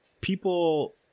people